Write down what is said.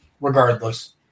regardless